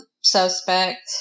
suspect